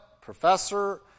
professor